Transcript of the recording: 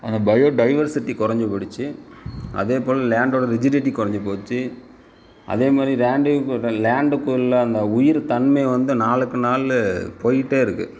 அந்த bio diversity போய்டுச்சு அதேபோல் லேண்டோட ரிஜிரிட்டி குறைஞ்சி போச்சு அதே மாதிரி லேண்டையும் லேண்டுக்குள்ளே அந்த உயிர் தன்மை வந்து நாளுக்கு நாள் போய்கிட்டே இருக்குது